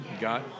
got